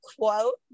quote